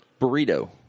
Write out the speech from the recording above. burrito